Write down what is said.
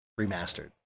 remastered